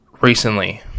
recently